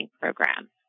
Program